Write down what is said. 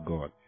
God